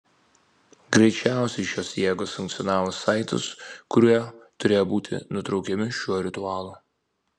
greičiausiai šios jėgos sankcionavo saitus kurie turėjo būti nutraukiami šiuo ritualu